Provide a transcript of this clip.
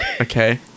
okay